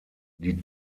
die